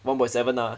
one point seven ah